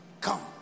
Come